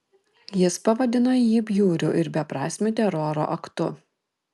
jis pavadino jį bjauriu ir beprasmiu teroro aktu